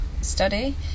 study